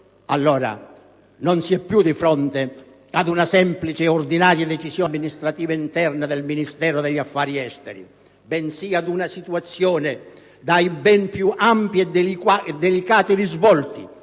allora non si è più di fronte ad una semplice e ordinaria decisione amministrativa interna del Ministero degli affari esteri, bensì ad una situazione dai ben più ampi e delicati risvolti